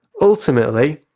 Ultimately